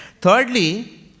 Thirdly